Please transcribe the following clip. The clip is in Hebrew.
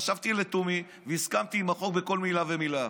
חשבתי לתומי, והסכמתי עם החוק בכל מילה ומילה.